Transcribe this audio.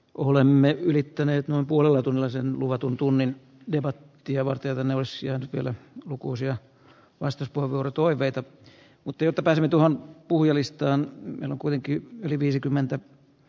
olemme ylittäneet noin puolella tunnilla sen luvatun tunnin debattia varten nämä asiat vielä lukuisia paistettua vortoiveita mutta jota tarvitaan puhujalistaan kuitenkin yli viisikymmentä